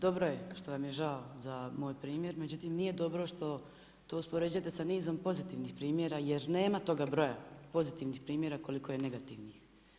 Dobro je što vam je žao za moj primjer, međutim nije dobro što to uspoređujete sa nizom pozitivnih primjera jer nema toga broja pozitivnih primjera, koliko je negativnih.